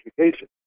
education